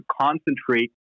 concentrate